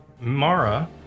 Mara